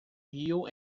rio